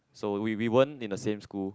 so we we weren't in the same school